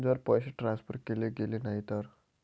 जर पैसे ट्रान्सफर केले गेले नाही तर?